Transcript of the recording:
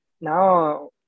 now